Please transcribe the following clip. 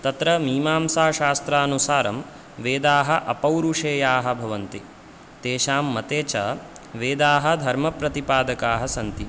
तत्र मीमांसाशास्त्रानुसारं वेदाः अपौरुषेयाः भवन्ति तेषां मते च वेदाः धर्मप्रतिपादकाः सन्ति